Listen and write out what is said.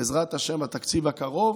בעזרת השם, התקציב הקרוב,